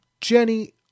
Jenny